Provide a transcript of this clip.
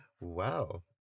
wow